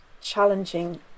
challenging